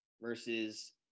versus